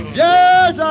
yes